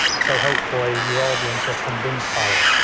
so hopefully your audience are convinced by it.